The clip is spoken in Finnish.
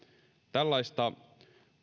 tällaista